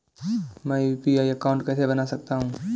मैं UPI account कैसे बना सकता हूं?